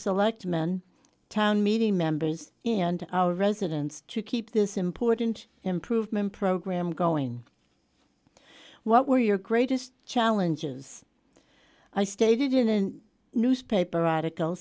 selectmen town meeting members and our residents to keep this important improvement program going what were your greatest challenges i stated in an newspaper